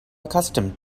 accustomed